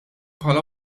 bħala